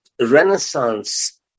Renaissance